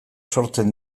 sortzen